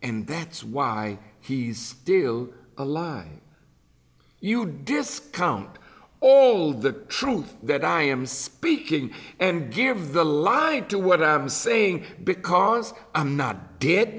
and that's why he's still alive you discount all the truth that i am speaking and give the line to what i was saying because i'm not dead